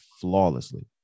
flawlessly